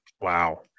Wow